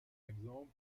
exemple